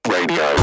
Radio